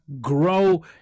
grow